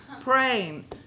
praying